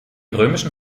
römischen